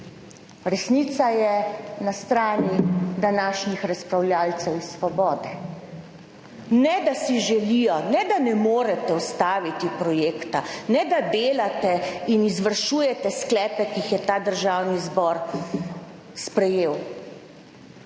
resnica je na strani današnjih razpravljavcev iz Svobode. Ne da si želijo, ne da ne morete ustaviti projekta, ne da delate in izvršujete sklepe, ki jih je ta Državni zbor sprejel,